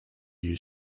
use